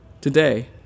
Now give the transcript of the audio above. Today